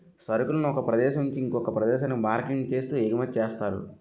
సరుకులను ఒక ప్రదేశం నుంచి ఇంకొక ప్రదేశానికి మార్కెటింగ్ చేస్తూ ఎగుమతి చేస్తారు